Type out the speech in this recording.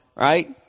right